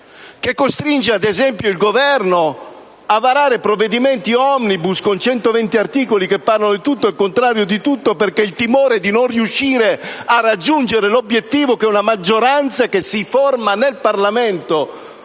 che costringe, ad esempio, il Governo a varare provvedimenti *omnibus* con 120 articoli che parlano di tutto e del contrario di tutto, perché il timore è di non riuscire a raggiungere l'obiettivo che una maggioranza che si forma nel Parlamento,